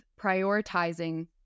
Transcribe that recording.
prioritizing